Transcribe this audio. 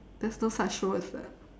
there's no such show as that